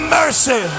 mercy